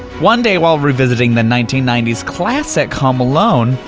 one day while revisiting the nineteen ninety s classic, home alone,